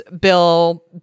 Bill